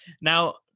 Now